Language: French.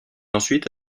ensuite